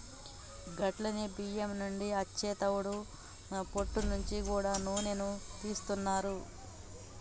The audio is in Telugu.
గట్లనే బియ్యం నుండి అచ్చే తవుడు పొట్టు నుంచి గూడా నూనెను తీస్తున్నారు